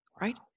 Right